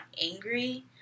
angry